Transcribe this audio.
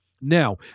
Now